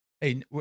Hey